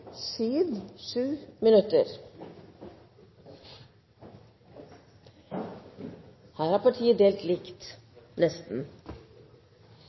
minutter. Her har partiet delt likt – nesten.